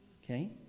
Okay